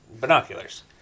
binoculars